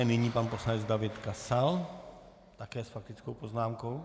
Nyní pan poslanec David Kasal také s faktickou poznámkou.